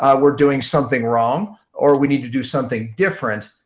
we're doing something wrong or we need to do something different.